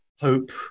hope